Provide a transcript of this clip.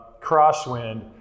crosswind